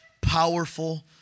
powerful